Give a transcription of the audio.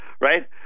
right